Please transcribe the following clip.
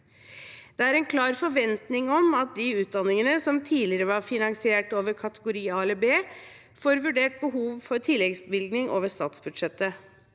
Det er en klar forventning om at disse utdanningene, som tidligere var finansiert over kategori A eller B, får vurdert behov for tilleggsbevilgning over statsbudsjettet.